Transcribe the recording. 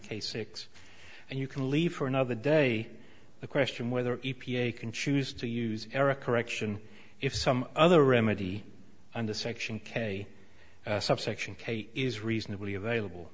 case six and you can leave for another day the question whether e p a can choose to use error correction if some other remedy under section k subsection k is reasonably available